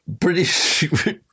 British